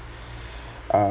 uh